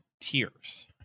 tears